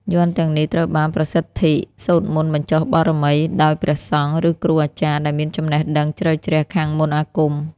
យ័ន្តទាំងនេះត្រូវបានប្រសិទ្ធី សូត្រមន្តបញ្ចុះបារមី ដោយព្រះសង្ឃ ឬគ្រូអាចារ្យដែលមានចំណេះដឹងជ្រៅជ្រះខាងមន្តអាគម។